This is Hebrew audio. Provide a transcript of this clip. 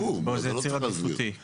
הם יקבלו עדיפות, ברור.